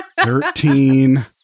Thirteen